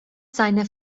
seine